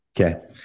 Okay